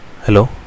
Hello